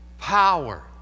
Power